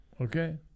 Okay